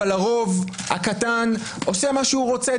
אבל הרוב הקטן עושה מה שהוא רוצה,